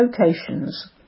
locations